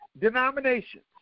denominations